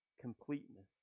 completeness